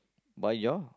buy your